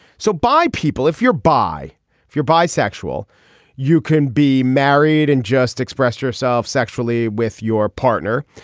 so by people if you're by if you're bisexual you can be married and just express yourself sexually with your partner.